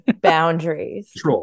boundaries